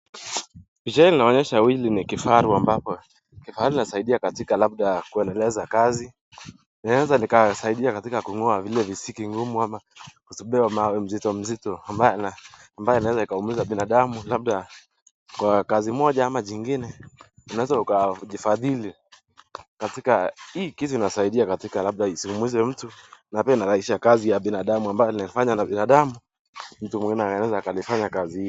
Picha hili Inaonyesha hili ni kifaru ambapo kifaru inasaidia katika labda kueleleza kazi. Inaweza nikasaidia katika kung'oa vile visiki ngumu ama kusombea mawe mzito mzito ambaye inaweza ikaumiza binadamu labda kwa kazi moja ama jingine. Unaweza ukajifadhili. Katika hii kitu inasaidia katika labda isimuumize mtu na pia inarahisisha kazi ya binadamu ambaye anafanya na binadamu. Mtu mwingine anaweza akafanya kazi hii.